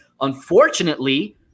Unfortunately